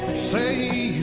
see